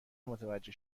متوجه